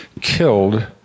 killed